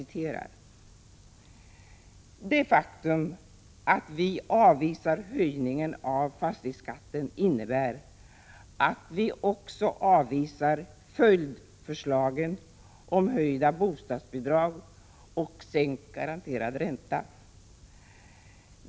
I motionen står det: ”Det faktum att vi avvisar höjningen av fastighetsskatten innebär att vi också avvisar ”följdförslagen" om höjda bostadsbidrag och sänkt garanterad ränta.